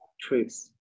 truth